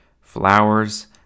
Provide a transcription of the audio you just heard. Flowers